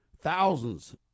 thousands